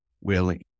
willing